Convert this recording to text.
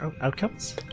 outcomes